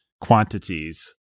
quantities